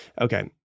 okay